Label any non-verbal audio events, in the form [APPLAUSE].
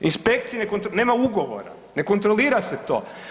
Inspekcije ne, ... [UNINTELLIGIBLE] nema ugovora, ne kontrolira se to.